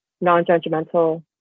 non-judgmental